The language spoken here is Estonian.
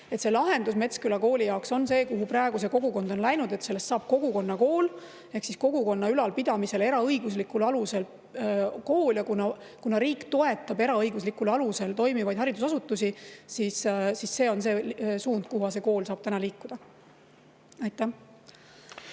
Lahendus Metsküla kooli jaoks on see, kuhu praegu see kogukond on läinud, et sellest saab kogukonnakool ehk kogukonna ülalpidamisel eraõiguslikul alusel kool. Ja kuna riik toetab eraõiguslikul alusel toimivaid haridusasutusi, siis see on see suund, kuhu see kool saab liikuda. Aitäh!